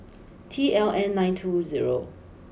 T L N nine two zero